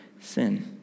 sin